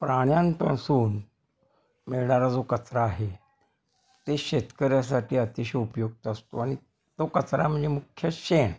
प्राण्यांपासून मिळणारा जो कचरा आहे ते शेतकऱ्यासाठी अतिशय उपयुक्त असतो आणि तो कचरा म्हणजे मुख्य शेण